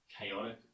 chaotic